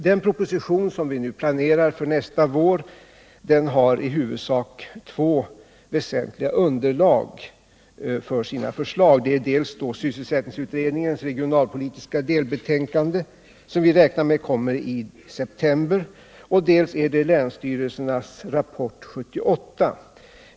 Den proposition som vi nu planerar för nästa vår har i huvudsak två väsentliga underlag för sina förslag, dels sysselsättningsutredningens regionalpolitiska delbetänkande, som vi räknar med skall komma i september, dels länsstyrelsernas rapport 78.